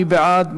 מי בעד?